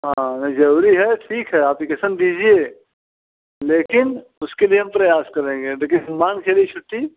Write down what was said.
हाँ जरूरी है ठीक है अप्लिकेशन दीजिए लेकिन उसके लिए हम प्रयास करेंगे देखिए मांग के दिन छुट्टी